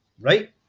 Right